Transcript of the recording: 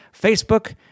Facebook